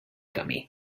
camí